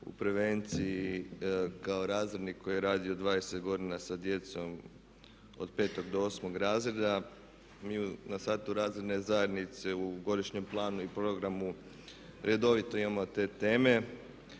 u prevenciji kao razrednik koji je radio 20 godina sa djecom od 5 do 8 razreda. Mi na satu razredne zajednice u godišnjem planu i programu redovito imamo te teme.